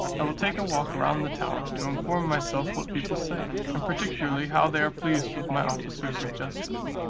i will take a walk round the town, to inform myself what people say, and particularly how they are pleased with my officers of justice.